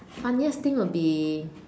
funniest thing would be